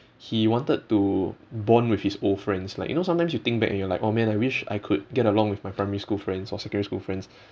he wanted to bond with his old friends like you know sometimes you think back and you're like oh man I wish I could get along with my primary school friends or secondary school friends